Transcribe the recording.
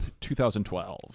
2012